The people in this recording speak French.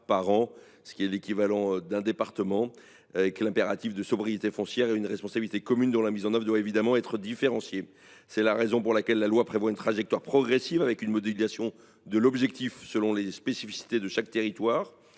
par an, en moyenne, dans notre pays. L’impératif de sobriété foncière est une responsabilité commune, dont la mise en œuvre doit évidemment être différenciée. C’est la raison pour laquelle la loi prévoit une trajectoire progressive et une modulation de l’objectif selon les spécificités de chaque territoire.